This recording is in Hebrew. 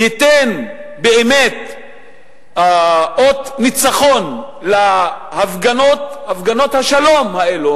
ייתן באמת אות ניצחון להפגנות השלום האלו,